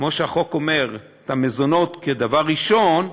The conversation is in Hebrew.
כמו שהחוק אומר, את המזונות כדבר ראשון,